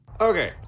Okay